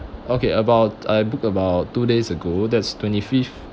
okay about I book about two days ago that's twenty fifth